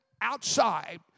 outside